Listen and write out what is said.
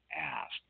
asked